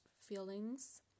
feelings